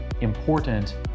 important